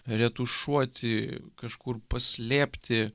retušuoti kažkur paslėpti